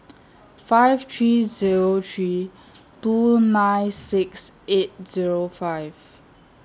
five three Zero three two nine six eight Zero five